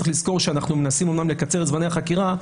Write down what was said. צריך לזכור שאנחנו מנסים אומנם לקצר את זמני החקירה,